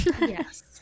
Yes